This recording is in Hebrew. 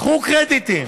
קחו קרדיטים.